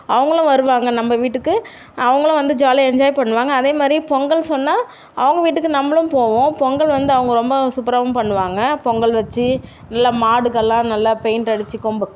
அவங்களும் வருவாங்க நம்ப வீட்டுக்கு அவங்களும் வந்து ஜாலியாக என்ஜாய் பண்ணுவாங்க அதேமாதிரி பொங்கல் சொன்னால் அவங்க வீட்டுக்கு நம்பளும் போவோம் பொங்கல் வந்து அவங்க ரொம்ப சூப்பராகவும் பண்ணுவாங்க பொங்கல் வச்சு நல்லா மாடுக்கெல்லாம் நல்லா பெயிண்ட் அடிச்சு கொம்பு